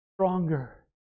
stronger